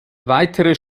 weitere